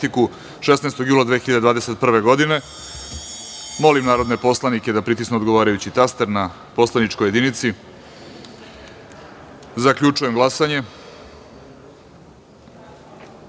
16. jula 2021. godine. Molim narodne poslanike da pritisnu odgovarajući taster na poslaničkoj jedinci. Zaključujem glasanje: